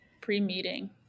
Pre-meeting